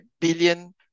billion